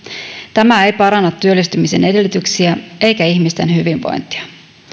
tämä ei paranna työllistymisen edellytyksiä eikä ihmisten hyvinvointia